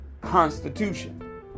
Constitution